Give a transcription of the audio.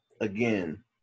again